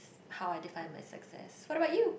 how I define my success what about you